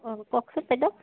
অঁ কওকচোন বাইদেউ